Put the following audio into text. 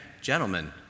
gentlemen